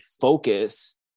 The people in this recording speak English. focus